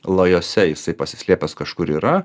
lajose jisai pasislėpęs kažkur yra